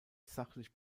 sachlich